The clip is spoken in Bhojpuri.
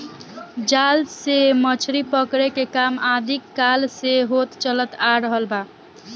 जाल से मछरी पकड़े के काम आदि काल से होत चलत आ रहल बा